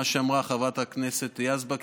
מה שאמרה חברת הכנסת יזבק.